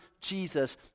Jesus